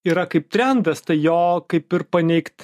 yra kaip trendas tai jo kaip ir paneigt